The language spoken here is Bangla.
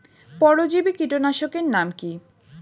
পরজীবী কীটনাশকের নাম কি?